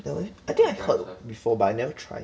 I think I heard before but I never try